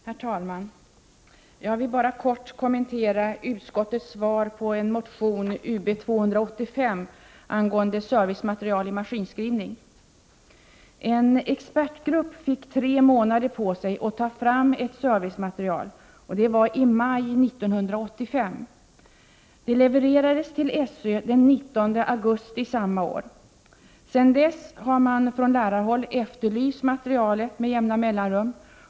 Herr talman! Jag vill bara helt kort kommentera utskottsmajoritetens skrivning beträffande motion 1987/88:Ub285 angående servicematerial i maskinskrivning. En expertgrupp fick i maj 1985 tre månader på sig för att ta fram ett servicematerial. Materialet levererades till SÖ den 19 augusti samma år. Sedan dess har man från lärarhåll med jämna mellanrum efterlyst materialet.